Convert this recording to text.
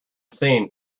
seen